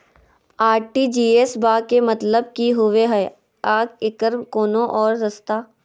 RTGS बा के मतलब कि होबे हय आ एकर कोनो और रस्ता?